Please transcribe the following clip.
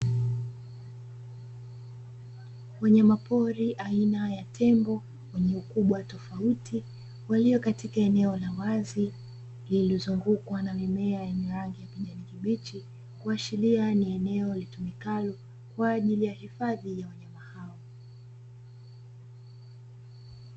Wanyama pori aina ya tembo, wenye ukubwa tofauti waliokua katika eneo la wazi lililozungukwa na mimea ya rangi ya kijani kibichi, kuashiria ni eneo litumikalo kwa ajili ya hifadhi ya wanyama hao.